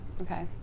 Okay